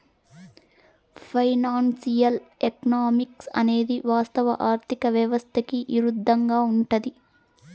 financial economics అనేది వాస్తవ ఆర్థిక వ్యవస్థకి ఇరుద్దంగా ఉంటది